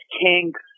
kinks